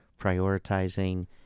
prioritizing